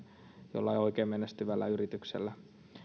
jollain oikein menestyvällä yrityksellä